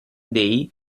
dei